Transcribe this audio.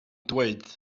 dweud